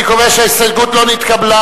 אני קובע שההסתייגות לא נתקבלה.